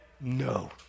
No